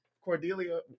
Cordelia